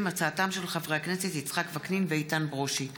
בהצעתם של חברי הכנסת יצחק וקנין ואיתן ברושי בנושא: